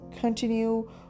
continue